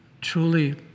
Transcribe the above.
truly